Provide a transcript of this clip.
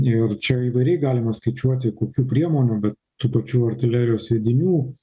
ir čia įvairiai galima skaičiuoti kokių priemonių bet tų pačių artilerijos sviedinių